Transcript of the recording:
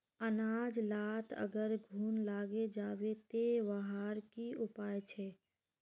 अनाज लात अगर घुन लागे जाबे ते वहार की उपाय छे?